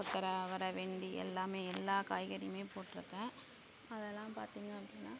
கொத்தரை அவரை வெண்டை எல்லாமே எல்லா காய்கறியுமே போட்டிருக்கேன் அதெல்லாம் பார்த்திங்க அப்படின்னா